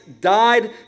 died